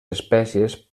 espècies